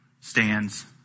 stands